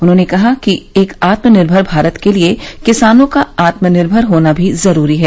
उन्होंने कहा कि एक आत्म निर्भर भारत के लिए किसानों का आत्मनिर्भर होना भी जरूरी है